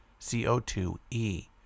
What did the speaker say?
CO2E